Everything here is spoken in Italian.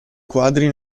quadri